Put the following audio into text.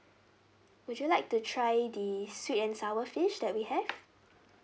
would you like to try the sweet and sour fish that we have